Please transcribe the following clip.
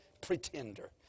pretender